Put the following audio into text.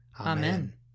Amen